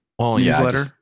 newsletter